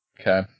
Okay